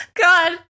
God